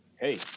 hey